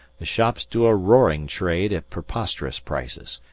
the shops do a roaring trade at preposterous prices,